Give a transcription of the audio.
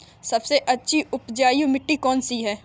सबसे अच्छी उपजाऊ मिट्टी कौन सी है?